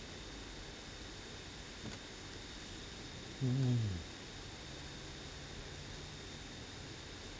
mm